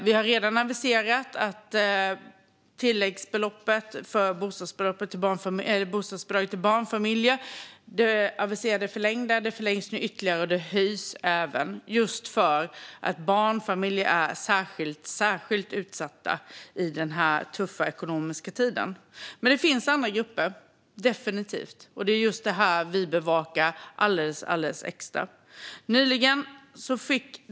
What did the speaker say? Vi har redan aviserat att det förlängda tilläggsbeloppet för bostadsbidraget till barnfamiljer nu ytterligare förlängs och även höjs för att barnfamiljer är särskilt utsatta i den här ekonomiskt tuffa tiden. Det finns dock definitivt även andra grupper, och vi bevakar det hela alldeles extra.